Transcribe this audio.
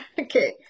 Okay